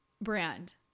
brand